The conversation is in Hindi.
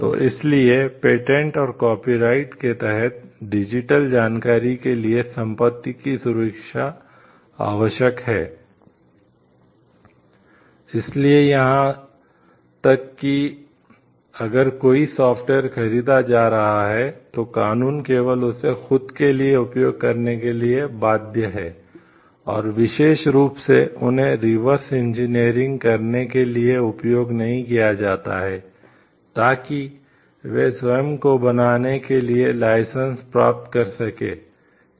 तो इसीलिए पेटेंट और कॉपीराइट जानकारी के लिए संपत्ति की सुरक्षा आवश्यक है